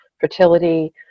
fertility